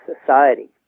society